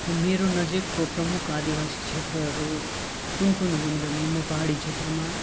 मेरो नजिकको प्रमुख आदिवासी क्षेत्रहरू कुन कुन हुन् भने म पहाडी क्षेत्रमा